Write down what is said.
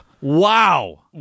Wow